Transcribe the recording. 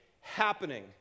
happening